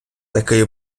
такий